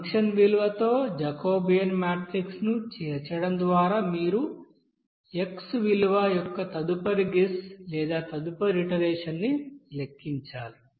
function విలువలతో Jacobian matrix ను చేర్చడం ద్వారా మీరు x విలువ యొక్క తదుపరి గెస్ లేదా తదుపరి ఇటరేషన్ న్ని లెక్కించాలి